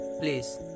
please